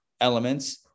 elements